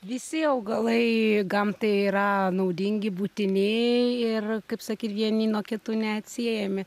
visi augalai gamtai yra naudingi būtini ir kaip sakyt vieni nuo kitų neatsiejami